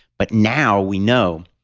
but now we know.